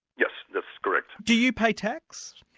yes, that's correct. do you pay tax?